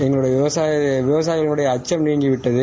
எங்களுடைய விவசாயிகளுடைய அச்சம் நீங்கிவிட்டது